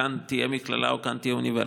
כאן תהיה מכללה או כאן תהיה אוניברסיטה.